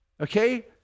Okay